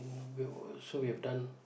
so we have done